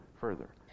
further